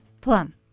Plum